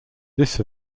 this